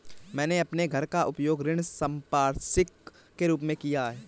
मैंने अपने घर का उपयोग ऋण संपार्श्विक के रूप में किया है